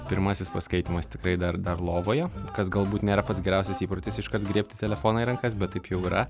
pirmasis paskaitymas tikrai dar dar lovoje kas galbūt nėra pats geriausias įprotis iškart griebti telefoną į rankas bet taip jau yra